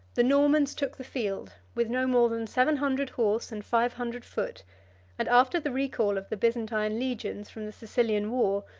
the normans took the field with no more than seven hundred horse and five hundred foot and after the recall of the byzantine legions from the sicilian war,